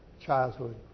childhood